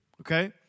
Okay